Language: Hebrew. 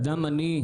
אדם עני,